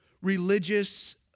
religious